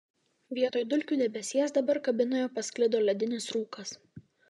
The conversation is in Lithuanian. vietoj dulkių debesies dabar kabinoje pasklido ledinis rūkas